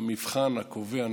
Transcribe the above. המבחן הקובע,